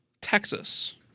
Texas